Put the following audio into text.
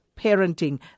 parenting